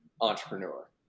entrepreneur